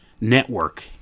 network